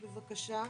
בבקשה,